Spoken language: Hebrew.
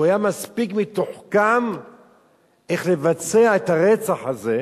כי הוא היה מספיק מתוחכם איך לבצע את הרצח הזה,